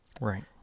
right